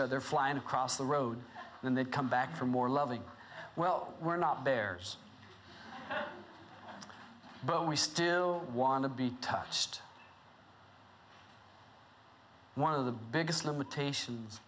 other fly across the road then they'd come back for more loving well we're not bears bone we still want to be touched one of the biggest limitations